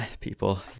people